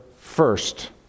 first